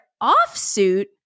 off-suit